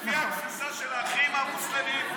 לפי התפיסה של האחים המוסלמים,